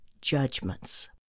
judgments